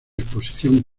exposición